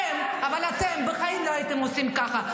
אבל אתם בחיים לא הייתם עושים ככה.